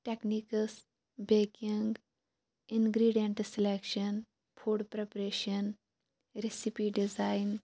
techniques baking ingredients selection food preparation recipe design